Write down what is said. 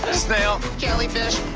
snail, jellyfish.